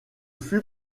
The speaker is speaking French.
fut